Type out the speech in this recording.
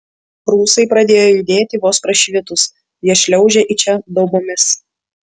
rusai pradėjo judėti vos prašvitus jie šliaužia į čia daubomis